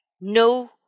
no